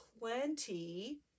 plenty